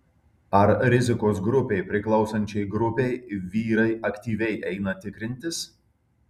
ar rizikos grupei priklausančiai grupei vyrai aktyviai eina tikrintis